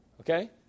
Okay